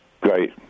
Great